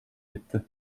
etti